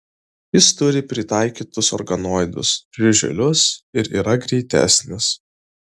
jis turi pritaikytus organoidus žiuželius ir yra greitesnis